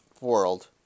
world